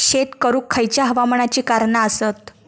शेत करुक खयच्या हवामानाची कारणा आसत?